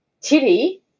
Titty